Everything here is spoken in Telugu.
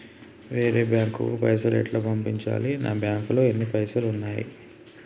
వేరే బ్యాంకుకు పైసలు ఎలా పంపించాలి? నా బ్యాంకులో ఎన్ని పైసలు ఉన్నాయి?